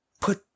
Put